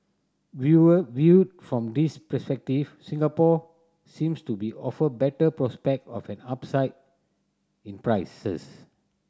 viewer viewed from this perspective Singapore seems to be offer better prospect of an upside in prices